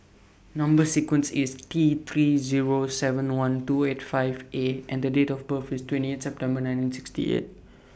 Number sequence IS T three Zero seven one two eight five A and Date of birth IS twenty eight September nineteen sixty eight